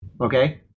Okay